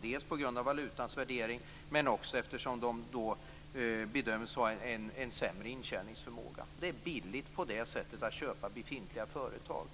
dels på grund av valutans värdering, dels på grund av att de bedöms ha en sämre intjäningsförmåga. Det är alltså billigt att köpa befintliga företag.